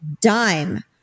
dime